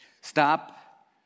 Stop